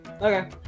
Okay